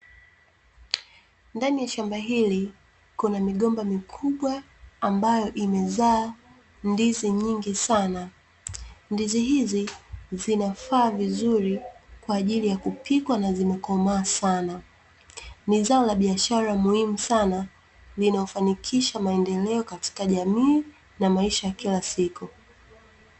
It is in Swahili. Ndani ya shamba hili kuna migomba mikubwa ambayo imezaa ndizi nyingi sana. Ndizi hizi zinafaa vizuri kwa ajili ya kupikwa na zimekomaa sana. Ni zao la biashara muhimu sana linalofanikisha maendeleo katika jamii na maisha ya kila siku.